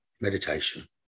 meditation